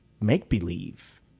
make-believe